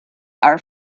are